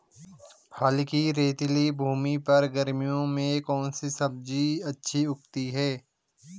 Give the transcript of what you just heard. हल्की रेतीली भूमि पर गर्मियों में कौन सी सब्जी अच्छी उगती है?